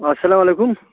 اسلام وعلیکُم